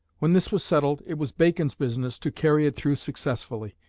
when this was settled, it was bacon's business to carry it through successfully.